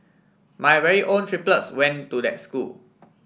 my very own triplets went to that school